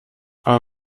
aber